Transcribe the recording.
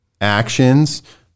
actions